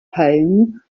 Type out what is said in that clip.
home